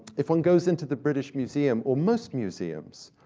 if one goes into the british museum, or most museums,